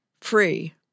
free